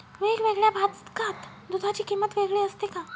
वेगवेगळ्या भागात दूधाची किंमत वेगळी असते का?